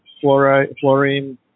fluorine